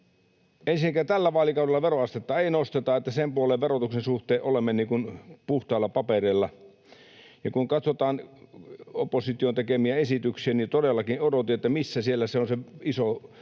ensinnäkään tällä vaalikaudella veroastetta ei nosteta, sen puoleen verotuksen suhteen olemme puhtailla papereilla. Ja kun katsotaan opposition tekemiä esityksiä, niin todellakin odotin, että missä siellä on se iso